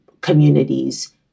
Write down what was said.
communities